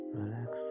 relax